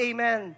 Amen